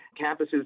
campuses